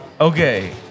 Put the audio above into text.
Okay